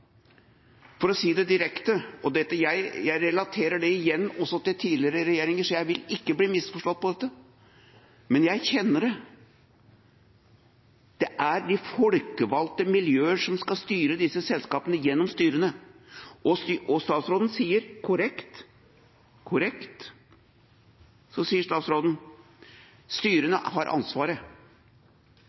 For å si det direkte – og jeg relaterer det igjen også til tidligere regjeringer, så jeg vil ikke bli misforstått her, men jeg kjenner det: Det er de folkevalgte miljøer som skal styre disse selskapene gjennom styrene, og statsråden sier, korrekt, at styrene har ansvaret. Samtidig sier